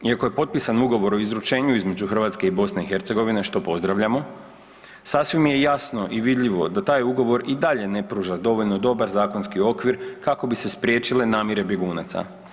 Iako je potpisan ugovor o izručenju između Hrvatske i BiH što pozdravljamo, sasvim je jasno i vidljivo da taj ugovor i dalje ne pruža dovoljno dobar zakonski okvir kako bi se spriječile namjere bjegunaca.